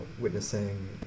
witnessing